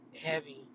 heavy